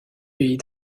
pays